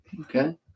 Okay